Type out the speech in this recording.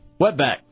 Wetback